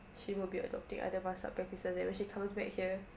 she will be adopting other mazhab practices and when she comes back here